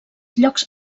llocs